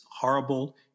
horrible